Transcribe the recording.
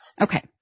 Okay